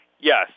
Yes